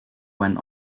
went